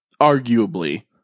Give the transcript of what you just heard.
arguably